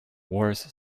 worse